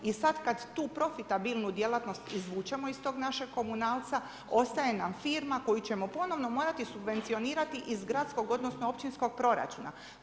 I sad kad tu profitabilnu djelatnost izvučemo iz tog našeg komunalca ostaje nam firma koju ćemo ponovno morati subvencionirati iz gradskog, odnosno općinskog proračuna.